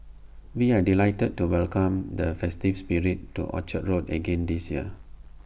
we are delighted to welcome the festive spirit to Orchard road again this year